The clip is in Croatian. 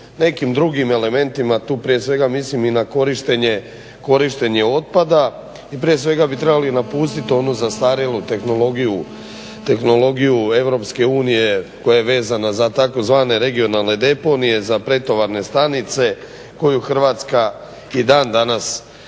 nekim drugim elementima. Tu prije svega mislim i na korištenje otpada. I prije svega bi trebali napustit onu zastarjelu tehnologiju EU koja je vezana za tzv. regionalne deponije, za pretovarne stanice koju Hrvatska i dan danas